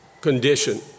condition